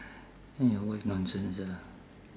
!hais! your wife nonsense ah